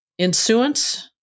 Insuance